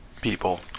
people